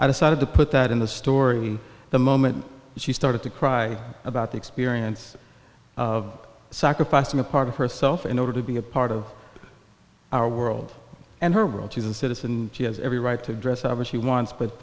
i decided to put that in the story the moment she started to cry about the experience of sacrificing a part of herself in order to be a part of our world and her world she's a citizen and she has every right to dress ever she wants but